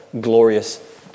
glorious